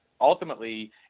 ultimately